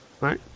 right